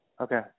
Okay